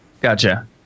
Gotcha